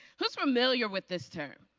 who's familiar with this term?